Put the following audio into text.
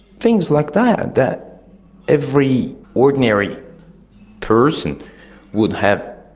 things like that that every ordinary person would have.